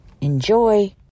Enjoy